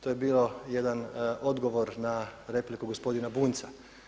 To je bio jedan odgovor na repliku gospodina Bunjca.